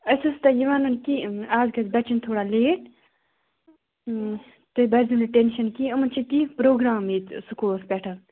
اسہِ اوس تۄہہِ یہِ وَنُن کہِ از گَژھِ بَچَن تھوڑا لیٹ تُہۍ بٔرۍزیٚو نہٕ ٹیٚنشن کیٚنٛہہ یِمن چھُ تیٖز پُرٛوگرام سکوٗل پٮ۪ٹھہٕ